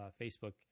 Facebook